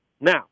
Now